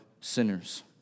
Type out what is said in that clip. sinners